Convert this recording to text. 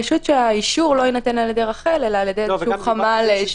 שהאישור לא ייכנס דרך רח"ל אלא על-ידי חמ"ל.